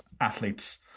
athletes